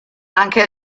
anche